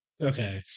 Okay